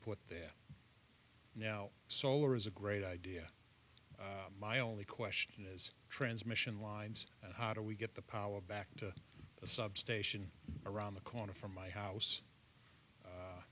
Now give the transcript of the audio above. put there now solar is a great idea my only question is transmission lines and how do we get the power back to a substation around the corner from my house